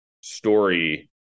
story